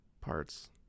parts